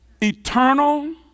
Eternal